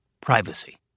privacy